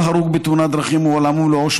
כל הרוג בתאונת דרכים הוא עולם ומלואו,